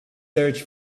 search